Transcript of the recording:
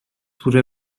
who